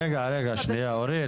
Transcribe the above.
אני לא אגיד את העיר,